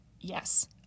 yes